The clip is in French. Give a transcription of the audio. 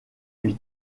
lui